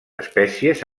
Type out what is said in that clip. espècies